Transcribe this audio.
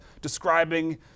describing